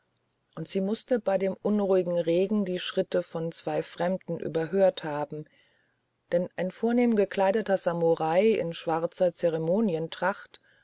und sie mußte bei dem unruhigen regen die schritte von zwei fremden überhört haben denn ein vornehm gekleideter samurai in schwarzer